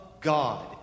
God